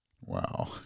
Wow